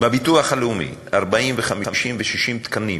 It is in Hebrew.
בביטוח לאומי 40 ו-50 ו-60 תקנים